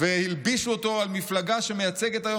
והלבישו אותו על מפלגה שמייצגת היום